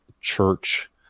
church